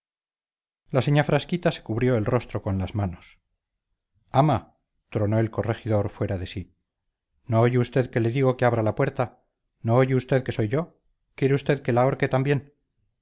la señá frasquita se cubrió el rostro con las manos ama tronó el corregidor fuera de sí no oye usted que le digo que abra la puerta no oye usted que soy yo quiere usted que la ahorque también